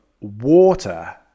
water